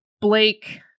Blake